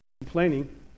complaining